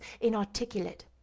inarticulate